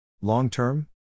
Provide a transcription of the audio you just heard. Long-term